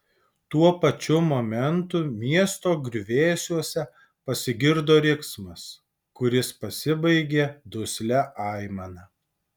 tuo pačiu momentu miesto griuvėsiuose pasigirdo riksmas kuris pasibaigė duslia aimana